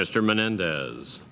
mr menendez